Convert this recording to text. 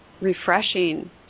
refreshing